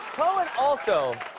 cohen also